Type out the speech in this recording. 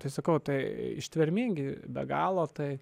tai sakau tai ištvermingi be galo tai